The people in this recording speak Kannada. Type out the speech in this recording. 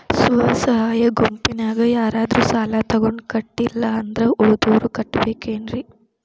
ಸ್ವ ಸಹಾಯ ಗುಂಪಿನ್ಯಾಗ ಯಾರಾದ್ರೂ ಸಾಲ ತಗೊಂಡು ಕಟ್ಟಿಲ್ಲ ಅಂದ್ರ ಉಳದೋರ್ ಕಟ್ಟಬೇಕೇನ್ರಿ?